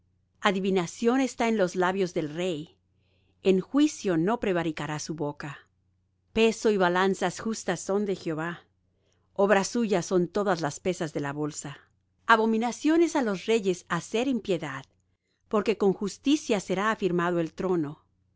adivinación está en los labios del rey en juicio no prevaricará su boca peso y balanzas justas son de jehová obra suya son todas las pesas de la bolsa abominación es á los reyes hacer impiedad porque con justicia será afirmado el trono los